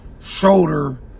shoulder